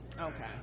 Okay